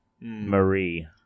Marie